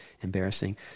embarrassing